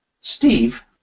Steve